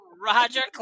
Roger